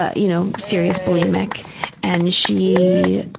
ah you know, serious bulimic and she,